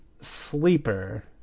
sleeper